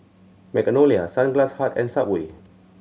Magnolia Sunglass Hut and Subway